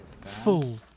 full